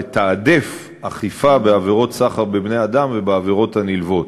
לתעדף אכיפה בעבירות סחר בבני-אדם ובעבירות הנלוות.